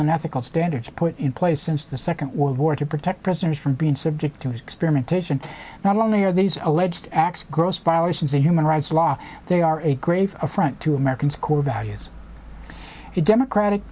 and ethical standards put in place since the second world war to protect prisoners from being subject to experimentation not only are these alleged acts of gross violations of human rights law they are a grave affront to americans core values the democratic